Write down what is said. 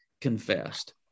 confessed